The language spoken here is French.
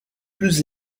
plus